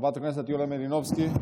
חברת הכנסת יוליה מלינובסקי,